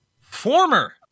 former